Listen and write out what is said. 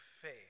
faith